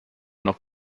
noch